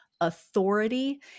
authority